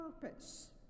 purpose